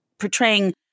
portraying